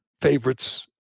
favorites